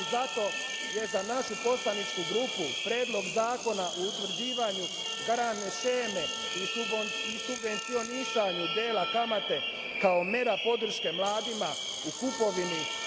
Zato je za našu poslaničku grupu Predlog zakona o utvrđivanju garantne šeme i subvencionisanju dela kamate kao mera podrške mladima u kupovine